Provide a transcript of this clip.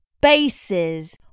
Bases